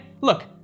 look